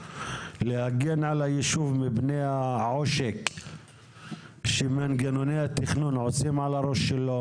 להגן על היישוב מפני העושק שמנגנוני התכנון עושים על הראש שלו.